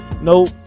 Nope